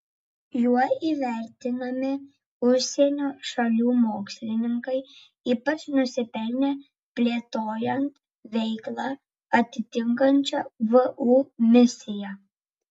juo įvertinami užsienio šalių mokslininkai ypač nusipelnę plėtojant veiklą atitinkančią vu misiją